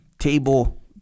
Table